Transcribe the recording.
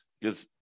because-